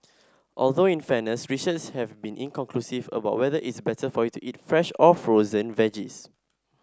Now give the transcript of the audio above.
although in fairness research have been inconclusive about whether it's better for you to eat fresh or frozen veggies